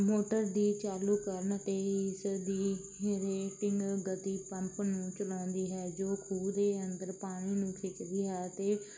motor ਦੇ ਚਾਲੂ ਕਰਨ 'ਤੇ ਇਸ ਦੀ ਰੇਟਿੰਗ ਗਤੀ ਪੰਪ ਨੂੰ ਚਲਾਉਂਦੀ ਹੈ ਜੋ ਖੂਹ ਦੇ ਅੰਦਰ ਪਾਣੀ ਨੂੰ ਖਿੱਚਦੀ ਹੈ ਅਤੇ